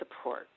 support